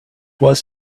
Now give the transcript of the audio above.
was